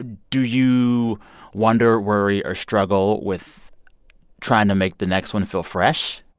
do you wonder, worry or struggle with trying to make the next one feel fresh?